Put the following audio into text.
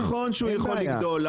נכון שהוא יכול לגדול,